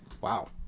Wow